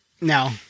No